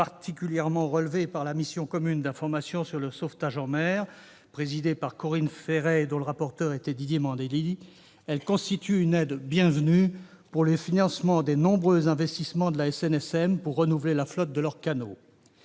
particulièrement relevé la mission commune d'information sur le sauvetage en mer, présidée par Corinne Féret, et dont le rapporteur était Didier Mandelli, elle constitue une aide bienvenue pour le financement des nombreux investissements auxquels doit procéder la SNSM pour renouveler la flotte de ses canots.